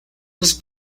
was